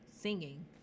singing